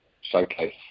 showcase